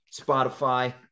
Spotify